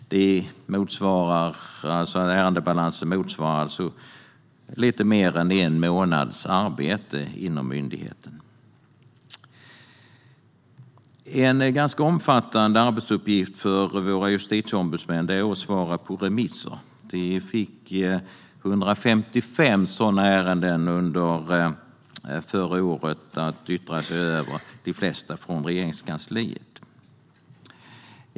Ärendebalansen motsvarar alltså lite mer än en månads arbete inom myndigheten. En ganska omfattande arbetsuppgift för våra justitieombudsmän är att svara på remisser. De fick under förra året 155 sådana ärenden att yttra sig över, de flesta från Regeringskansliet.